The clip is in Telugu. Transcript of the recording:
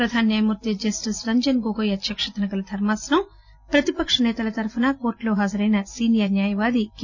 ప్రధాన న్యాయమూర్తి జస్టీస్ రంజన్ గొగోయ్ అధ్యక్షతన గల ధర్మాసనం ప్రతిపక్ష సేతల తరపున కోర్లులో హాజరైన సీనియర్ న్యాయవాది కె